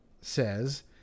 says